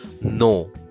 no